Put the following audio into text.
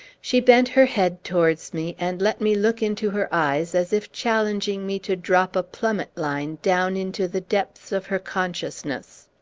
she bent her head towards me, and let me look into her eyes, as if challenging me to drop a plummet-line down into the depths of her consciousness.